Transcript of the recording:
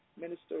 Minister